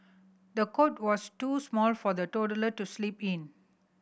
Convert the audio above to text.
the cot was too small for the toddler to sleep in